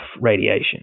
radiation